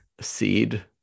seed